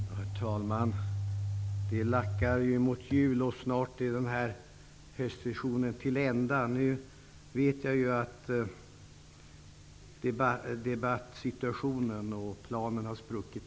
Herr talman! Det lackar mot jul, och snart är denna höstsession till ända. Nu vet jag att debattsituationen och planen totalt har spruckit.